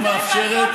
שמענו,